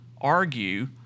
argue